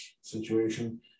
situation